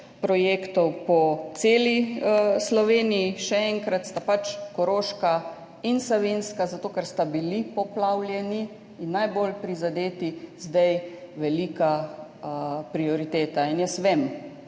projektov po celi Sloveniji. Še enkrat [povem], da sta pač Koroška in Savinjska zato, ker sta bili poplavljeni in najbolj prizadeti, zdaj velika prioriteta. Jaz vem,